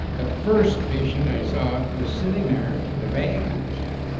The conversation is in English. the first patient i saw was sitting there with a bag on a his head